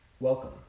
Welcome